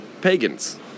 pagans